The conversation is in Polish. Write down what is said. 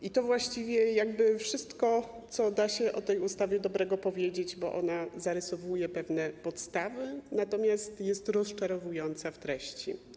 I to właściwie wszystko, co da się o tej ustawie dobrego powiedzieć, bo ona zarysowuje pewne podstawy, natomiast jest rozczarowująca w treści.